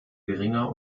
geringer